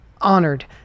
honored